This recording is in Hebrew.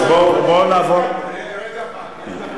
אז, בואו ונעבור, רגע אחד.